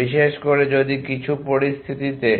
বিশেষ করে যদি কিছু পরিস্থিতিতে